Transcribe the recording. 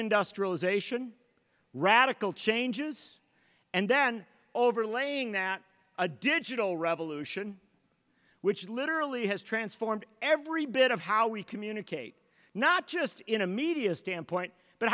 d'un dust realisation radical changes and then overlaying that a digital revolution which literally has transformed every bit of how we communicate not just in a media standpoint but